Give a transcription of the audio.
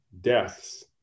deaths